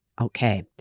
Okay